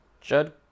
Judd